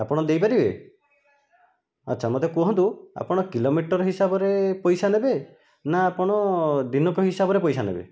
ଆପଣ ଦେଇପାରିବେ ଆଛା ମୋତେ କୁହନ୍ତୁ ଆପଣ କିଲୋମିଟର ହିସାବରେ ପଇସା ନେବେ ନା ଆପଣ ଦିନକ ହିସାବରେ ପଇସା ନେବେ